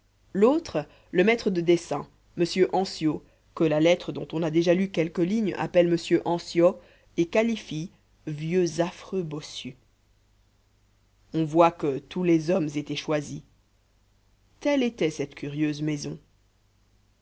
l'autre le maître de dessin mr ansiaux que la lettre dont on a déjà lu quelques lignes appelle mr anciot et qualifie vieux affreux bossu on voit que tous les hommes étaient choisis telle était cette curieuse maison